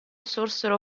sorsero